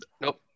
Nope